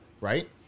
right